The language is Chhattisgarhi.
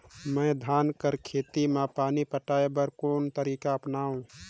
मैं धान कर खेती म पानी पटाय बर कोन तरीका अपनावो?